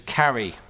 carry